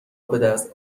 بدست